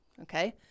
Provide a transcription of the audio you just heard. okay